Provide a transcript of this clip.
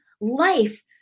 life